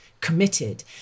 committed